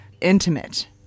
intimate